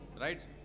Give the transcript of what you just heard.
Right